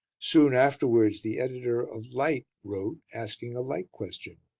soon afterwards the editor of light wrote asking a like question,